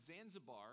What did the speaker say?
Zanzibar